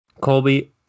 Colby